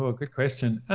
ah good question.